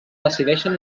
decideixen